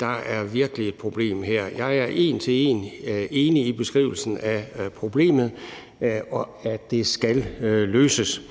der er virkelig et problem her. Jeg er en til en enig i beskrivelsen af problemet og i, at det skal løses.